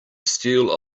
steal